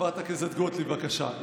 חברת הכנסת גוטליב, בבקשה.